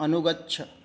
अनुगच्छ